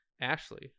ashley